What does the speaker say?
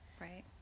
right